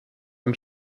und